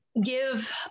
give